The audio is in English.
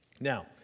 Now